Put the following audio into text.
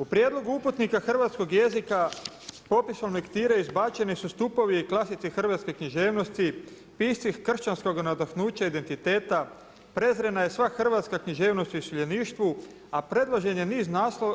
U prijedlogu uputnika hrvatskog jezika s popisom lektire izbačeni su stupovi i klasici hrvatske književnosti, pisci kršćanskog nadahnuća identiteta, prezrena je sva hrvatska književnost u iseljeništvu, a predložen je niz